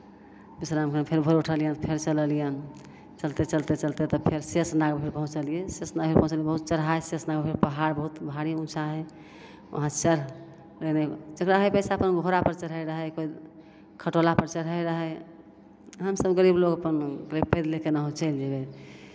विश्राम कऽ कऽ फेर भोर उठलियनि फेर चललियनि चलिते चलिते चलिते तऽ फेर शेषनागमे पहुँचलियै शेषनागमे पहुँचयके बहुत चढ़ाइ शेषनागमे होय पहाड़ बहुत भारी ऊँचा रहै वहाँ चढ़ रहै रहै जकरा रहै पैसा ओ अपन घोड़ापर चढ़ैत रहै कोइ खटोलापर चढ़ैत रहै हमसभ गरीब लोक अपन पैदले केनाहु चलि जयबै